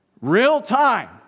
real-time